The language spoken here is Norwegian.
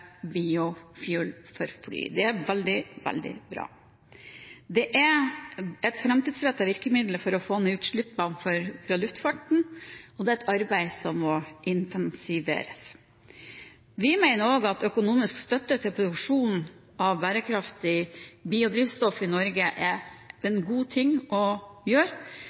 biofuel for fly. Det er veldig, veldig bra. Det er et framtidsrettet virkemiddel for å få ned utslippene fra luftfarten, og det er et arbeid som må intensiveres. Vi mener også at økonomisk støtte til produksjon av bærekraftig biodrivstoff i Norge er en god ting.